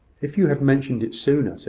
if you had mentioned it sooner,